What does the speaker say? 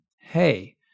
hey